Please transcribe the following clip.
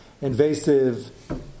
invasive